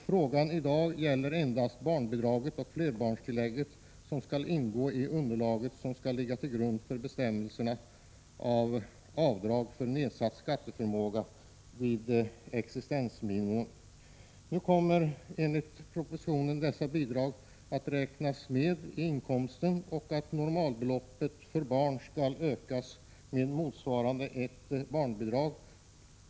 Frågan i dag gäller således endast barnbidraget och flerbarnstillägget, som skall ingå i det underlag som skall ligga till grund för bestämmandet av avdrag för nedsatt skatteförmåga vid beräkning av existensminimum. Nu kommer enligt propositionen dessa bidrag att räknas med i inkomsten, och normalbeloppet för barn skall ökas med motsvarande ett barnbidrag.